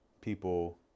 people